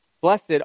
Blessed